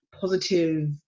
positive